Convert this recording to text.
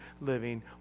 living